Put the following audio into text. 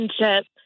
relationship